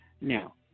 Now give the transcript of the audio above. Now